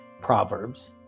Proverbs